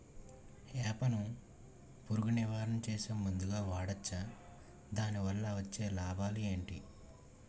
వేప ను పురుగు నివారణ చేసే మందుగా వాడవచ్చా? దాని వల్ల వచ్చే లాభాలు ఏంటి?